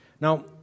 Now